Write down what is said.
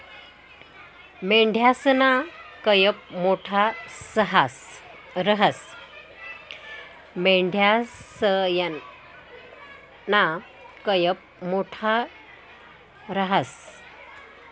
मेंढयासना कयप मोठा रहास